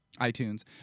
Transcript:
itunes